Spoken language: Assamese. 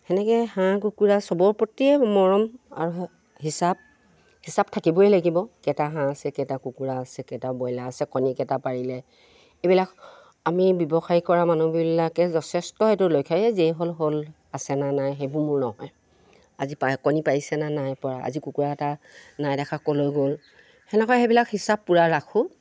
সেনেকৈ হাঁহ কুকুৰা চবৰ প্ৰতিয়ে মৰম আৰু হিচাপ হিচাপ থাকিবই লাগিব কেইটা হাঁহ আছে কেইটা কুকুৰা আছে কেইটা ব্ৰইলাৰ আছে কণীকেইটা পাৰিলে এইবিলাক আমি ব্যৱসায় কৰা মানুহবিলাকে যথেষ্ট সেইটো লক্ষ এই যি হ'ল হ'ল আছেনে নাই সেইবোৰ মোৰ নহয় আজি পাৰি কণী পাৰিছেনে নাইপৰা আজি কুকুৰা এটা নাই দেখা ক'লৈ গ'ল সেনেকুৱা সেইবিলাক হিচাপ পূৰা ৰাখোঁ